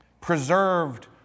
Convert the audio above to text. Preserved